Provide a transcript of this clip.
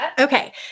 Okay